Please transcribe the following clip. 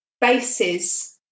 bases